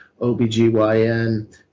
OBGYN